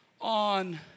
on